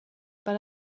per